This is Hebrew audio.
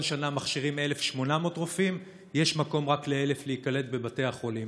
כל שנה מכשירים 1,800 רופאים ויש מקום רק ל-1,000 להיקלט בבתי החולים.